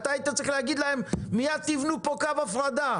אתה היית צריך להגיד להם: מיד תבנו פה קו הפרדה.